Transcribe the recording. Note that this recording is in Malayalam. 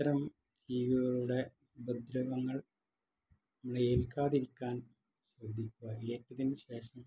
അത്തരം ജീവികളുടെ ഉപദ്രവങ്ങൾ നമ്മൾ ഏൽക്കാതിരിക്കാൻ ശ്രദ്ധിക്കുക ഇതിന് ശേഷം